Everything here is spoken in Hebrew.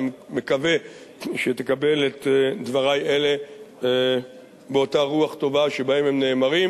אני מקווה שתקבל את דברי אלה באותה רוח טובה שבה הם נאמרים.